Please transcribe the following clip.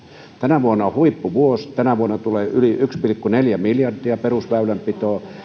tänä vuonna on huippuvuosi tänä vuonna tulee yli yksi pilkku neljä miljardia perusväylänpitoon